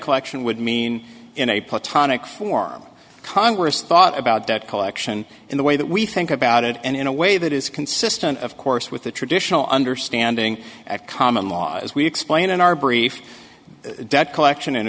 collection would mean in a platonic form congress thought about debt collection in the way that we think about it and in a way that is consistent of course with the traditional understanding at common law as we explained in our brief debt collection and